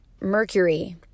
mercury